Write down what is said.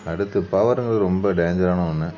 அடுத்து பவருங்கிறது ரொம்ப டேஞ்சரான ஒன்று